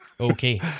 Okay